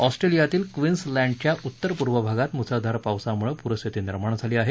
ऑस्ट्रेलियातील क्वीन्स लॅन्डच्या उत्तर पूर्व भागात मुसळधार पाऊसामुळे पूर स्थिती निर्माण झाली आहे